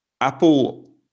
Apple